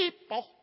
people